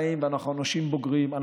נאלצים להיות בידיים שלהם,